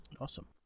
Awesome